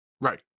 Right